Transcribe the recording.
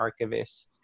archivists